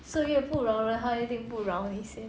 岁月不饶人它一定不饶你先